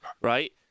right